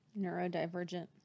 Neurodivergent